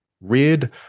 rid